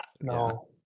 No